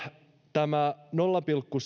tämä nolla pilkku